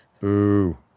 Boo